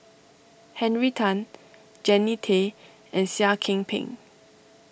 Henry Tan Jannie Tay and Seah Kian Peng